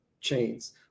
chains